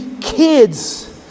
kids